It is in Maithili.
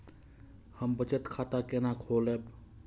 हम बचत खाता केना खोलैब?